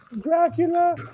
Dracula